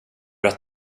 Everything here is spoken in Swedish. att